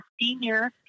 senior